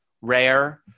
rare